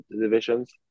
divisions